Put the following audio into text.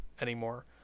anymore